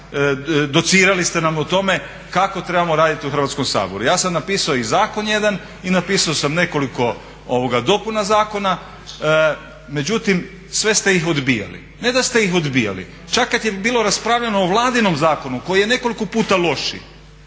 docirali ste nam o tome kako trebamo raditi u Hrvatskom saboru. Ja sam napisao i zakon jedan i napisao sam nekoliko dopuna zakona, međutim sve ste ih odbijali. Ne da ste ih odbijali, čak kad je bilo raspravljano o vladinom zakonu koji je nekoliko puta lošiji